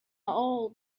all